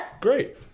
Great